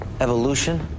evolution